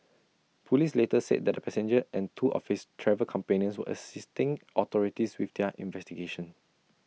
Police later said that the passenger and two of his travel companions were assisting authorities with their investigations